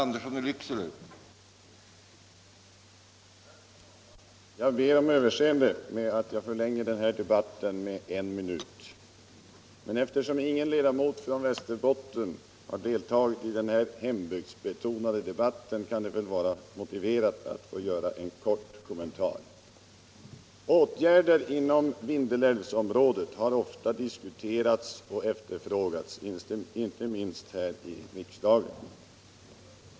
Herr talman! Jag ber om överseende för att jag förlänger debatten med en minut, men eftersom ingen ledamot från Västerbotten har deltagit i den här hembygdsbetonade debatten kan det väl vara motiverat att jag gör en kort kommentar. Åtgärder inom Vindelälvsområdet har ofta diskuterats och efterfrågats, inte minst här i riksdagen.